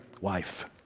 wife